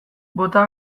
bota